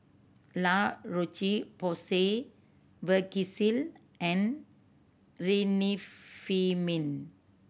La Roche Porsay Vagisil and Remifemin